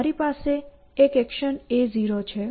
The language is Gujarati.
મારી પાસે એક એક્શન a0 છે